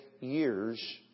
years